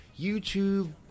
YouTube